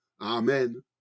Amen